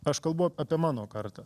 aš kalbu apie mano kartą